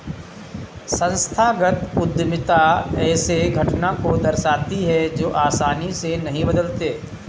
संस्थागत उद्यमिता ऐसे घटना को दर्शाती है जो आसानी से नहीं बदलते